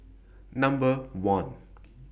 Number one